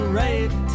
right